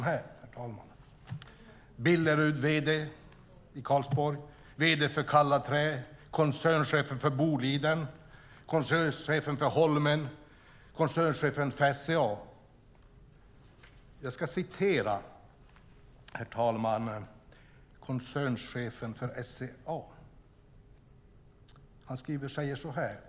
Det är vd:n för Billeruds i Karlsborg, vd:n för Callans Trä, koncernchefen för Boliden, koncernchefen för Holmen och koncernchefen för SCA. Jag ska läsa vad Jan Johansson, koncernchef för SCA, skriver.